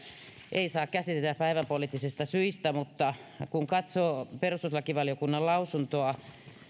ei saa käsitellä päivänpoliittisista syistä mutta kun katsoo perustuslakivaliokunnan lausuntoa